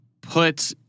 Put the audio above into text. put